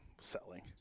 Selling